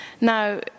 Now